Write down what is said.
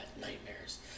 nightmares